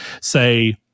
say